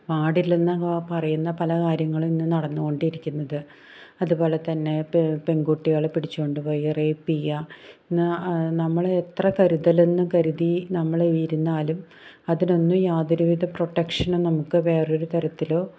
പാടില്ലെന്ന് പറയുന്ന പല കാര്യങ്ങളും ഇന്ന് നടന്നു കൊണ്ടിരിക്കുന്നത് അതുപോലെ തന്നെ പെൺകുട്ടികളെ പിടിച്ചുകൊണ്ട് പോയി റേപ്പ് ചെയ്യുക നമ്മൾ എത്ര കരുതലെന്ന് കരുതി നമ്മൾ ഇരുന്നാലും അതിനൊന്നും യാതൊരു വിധ പ്രൊട്ടക്ഷനും നമുക്ക് വേറൊരു തരത്തിലോ